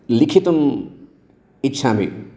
लिखितुम् इच्छामि